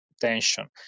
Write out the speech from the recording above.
tension